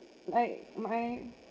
like my